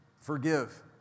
Forgive